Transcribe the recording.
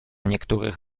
niektórych